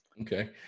Okay